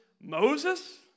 Moses